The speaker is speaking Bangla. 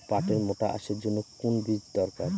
পাটের মোটা আঁশের জন্য কোন বীজ দরকার?